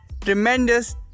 tremendous